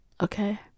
okay